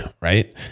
right